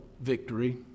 victory